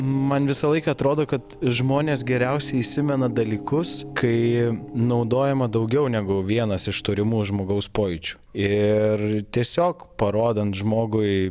man visą laiką atrodo kad žmonės geriausiai įsimena dalykus kai naudojama daugiau negu vienas iš turimų žmogaus pojūčių ir tiesiog parodant žmogui